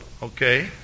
Okay